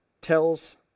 tells